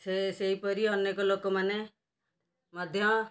ସେ ସେହିପରି ଅନେକ ଲୋକମାନେ ମଧ୍ୟ